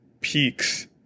peaks